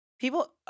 people